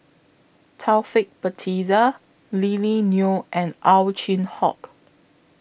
Taufik Batisah Lily Neo and Ow Chin Hock